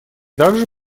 также